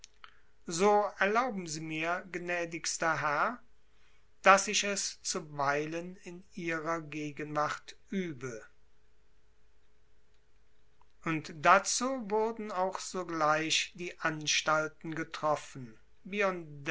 so erlauben sie mir gnädigster herr daß ich es zuweilen in ihrer gegenwart übe und dazu wurden auch sogleich die anstalten getroffen